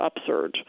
upsurge